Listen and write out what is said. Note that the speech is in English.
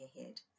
ahead